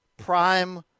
Prime